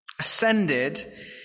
Ascended